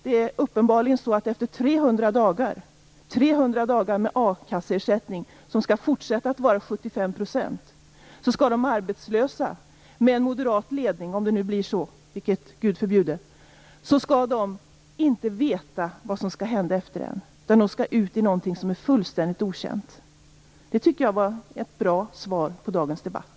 Det är uppenbarligen så att efter 300 dagar med en 75 procentig a-kasseersättning skall de arbetslösa med moderat ledning - om det nu blir så, vilket Gud förbjude - inte veta vad som skall hända. De skall alltså ut i någonting som är fullständigt okänt. Det var ett klargörande svar i dagens debatt.